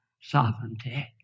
sovereignty